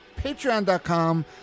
patreon.com